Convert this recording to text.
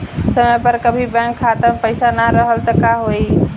समय पर कभी बैंक खाता मे पईसा ना रहल त का होई?